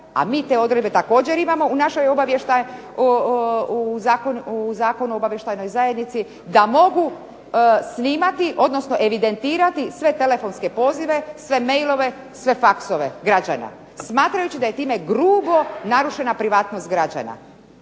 a mi te odredbe također imamo u našem Zakonu o obavještajnoj zajednici da mogu svi imati, odnosno evidentirati sve telefonske pozive, sve mailove, sve faxove građana smatrajući da je time grubo narušena privatnost građana.